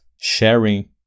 sharing